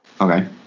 Okay